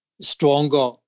stronger